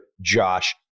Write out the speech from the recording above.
Josh